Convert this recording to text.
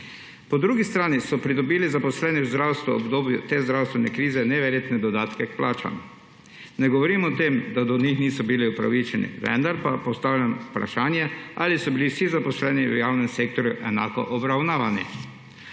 Po drugi strani so pridobili zaposleni v zdravstvu v obdobju te zdravstvene krize neverjetne dodatke k plačam. Ne govorim o tem, da do njih niso bili upravičeni, vendar pa postavljam vprašanje, ali so bili vsi zaposleni v javnem sektorju enako obravnavani.